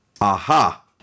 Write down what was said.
Aha